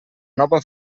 nova